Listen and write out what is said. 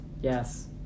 Yes